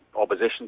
opposition